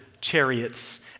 chariots